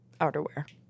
outerwear